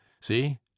See